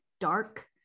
dark